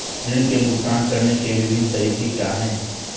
ऋृण के भुगतान करने के विभिन्न तरीके क्या हैं?